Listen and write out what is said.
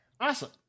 awesome